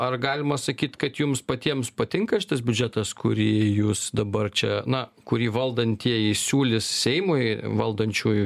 ar galima sakyt kad jums patiems patinka šitas biudžetas kurį jūs dabar čia na kurį valdantieji siūlys seimui valdančiųjų